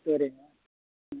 சரிங்க ம்